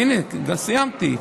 הינה, סיימתי.